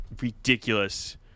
Ridiculous